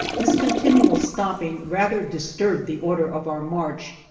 this continual stopping rather disturbed the order of our march,